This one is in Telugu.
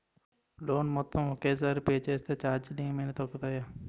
లోన్ మొత్తం ఒకే సారి పే చేస్తే ఛార్జీలు ఏమైనా తగ్గుతాయా?